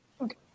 Okay